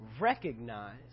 recognize